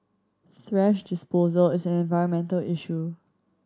thrash disposal is an environmental issue